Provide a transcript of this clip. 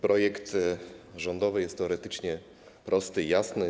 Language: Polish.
Projekt rządowy jest teoretycznie prosty i jasny.